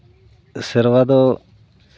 ᱥᱮᱨᱣᱟ ᱫᱚ